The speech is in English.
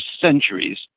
centuries